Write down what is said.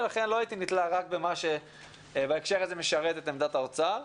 ולכן לא הייתי נתלה רק במה שבהקשר הזה משרת את עמדת האוצר.